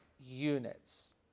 units